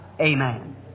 Amen